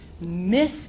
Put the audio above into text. miss